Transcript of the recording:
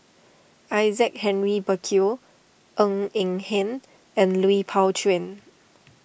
Isaac Henry Burkill Ng Eng Hen and Lui Pao Chuen